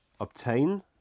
obtain